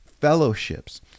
fellowships